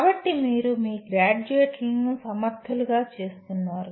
కాబట్టి మీరు మీ గ్రాడ్యుయేట్లను సమర్థులుగా చేస్తున్నారు